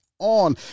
on